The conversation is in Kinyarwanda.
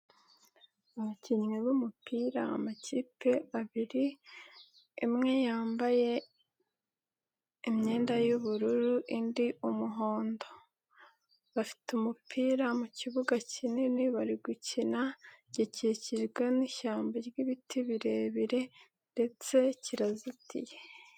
Abakinnyi b'umupira, amakipe abiri, imwe yambaye imyenda y'ubururu indi umuhondo, bafite umupira mu kibuga kinini bari gukina, gikikijwe n'ishyamba ry'biti birebire ndetse kirazitiye.